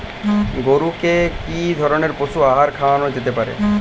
গরু কে কি ধরনের পশু আহার খাওয়ানো যেতে পারে?